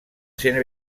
ser